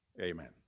Amen